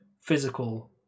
physical